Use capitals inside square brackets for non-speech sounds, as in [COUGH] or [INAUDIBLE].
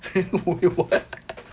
[LAUGHS] wait what